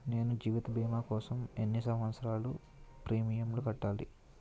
నేను జీవిత భీమా కోసం ఎన్ని సంవత్సారాలు ప్రీమియంలు కట్టాలి?